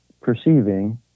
perceiving